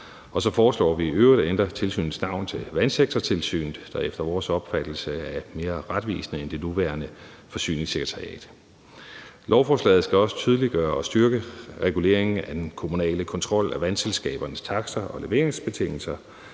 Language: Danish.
Og så foreslår vi i øvrigt at ændre tilsynets navn til Vandsektortilsynet, der efter vores opfattelse er mere retvisende end det nuværende Forsyningssekretariat. Lovforslaget skal også tydeliggøre og styrke reguleringen af den kommunale kontrol af vandselskabernes takster og leveringsbetingelser.